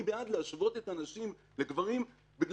אני בעד להשוות את הנשים לגברים כי